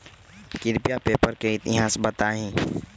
कृपया पेपर के इतिहास बताहीं